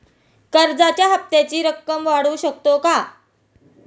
कर्जाच्या हप्त्याची रक्कम वाढवू शकतो का?